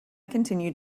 continued